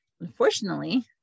Unfortunately